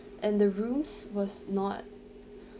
and the rooms was not